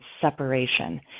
separation